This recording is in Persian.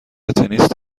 تنیس